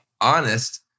honest